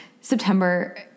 September